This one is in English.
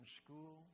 school